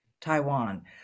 Taiwan